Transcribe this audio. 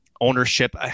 ownership